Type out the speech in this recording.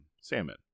salmon